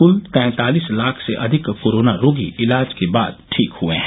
कुल तैंतालिस लाख से अधिक कोरोना रोगी इलाज के बाद ठीक हुए हैं